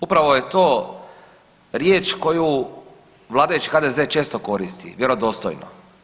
Upravo je to riječ koju vladajući HDZ često koristi vjerodostojno.